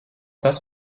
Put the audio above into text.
tas